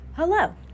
Hello